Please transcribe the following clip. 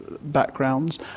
backgrounds